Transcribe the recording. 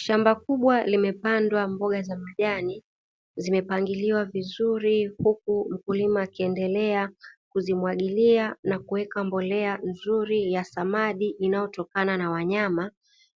Shamba kubwa limepandwa mboga za majani zimepangiwa vizuri, huku mkulima akiendelea kuzimwagilia na kuweka mbolea nzuri za samadi inayotokana na wanyama,